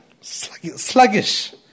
sluggish